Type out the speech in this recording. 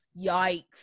Yikes